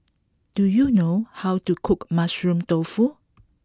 do you know how to cook Mushroom Tofu